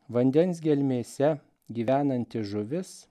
vandens gelmėse gyvenanti žuvis